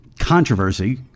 controversy